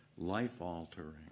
Life-altering